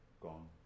gone